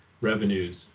revenues